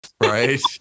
right